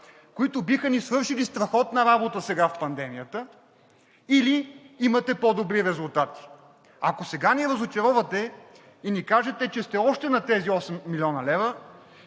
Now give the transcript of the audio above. които биха ни свършили страхотна работа сега в пандемията, или имате по-добри резултати? Ако сега ни разочаровате и ни кажете, че сте още на тези 8 млн. лв.,